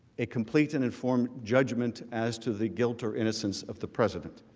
a complete and informed judgment as to the guilt or innocence of the president.